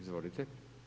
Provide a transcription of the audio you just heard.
Izvolite.